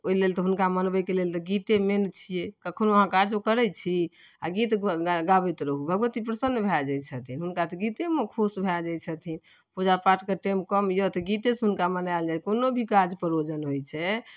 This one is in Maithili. तऽ ओइ लेल तऽ हुनका मनबैके लेल तऽ गीते मेन छियै कखनो अहाँ काजो करै छी आओर गीत गाबैत रहू भगवती प्रसन्न भए जाइ छथिन हुनका तऽ गीतेमे खुश भए जाइ छथिन पूजापाठके टाइम कम यऽ तऽ गीतेसँ हुनका मनायल जाइ छै कोनो भी काज परोजन होइ छै